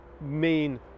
main